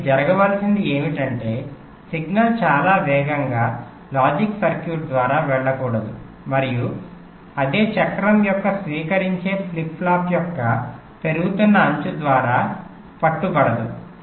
కాబట్టి జరగవలసింది ఏమిటంటే సిగ్నల్ చాలా వేగంగా లాజిక్ సర్క్యూట్ ద్వారా వెళ్ళకూడదు మరియు అదే చక్రం యొక్క స్వీకరించే ఫ్లిప్ ఫ్లాప్ యొక్క పెరుగుతున్న అంచు ద్వారా పట్టుబడదు